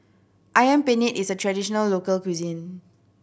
Ayam Penyet is a traditional local cuisine